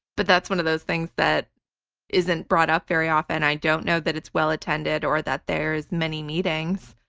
but that's one of those things that isn't brought up very often. i don't know that it's well attended or that there are many meetings,